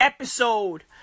Episode